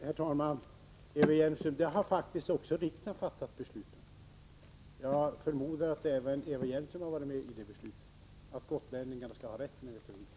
Herr talman! Detta har faktiskt riksdagen fattat beslut om. Jag förmodar att även Eva Hjelmström har deltagit i det beslutet. Där slås fast att även gotlänningarna skall ha den här rätten.